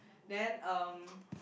then um